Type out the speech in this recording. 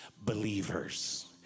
believers